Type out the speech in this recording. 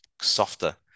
softer